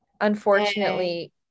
unfortunately